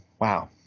wow